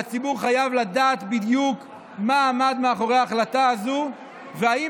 והציבור חייב לדעת בדיוק מה עמד מאחורי ההחלטה הזו ואם